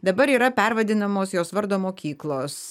dabar yra pervadinamos jos vardo mokyklos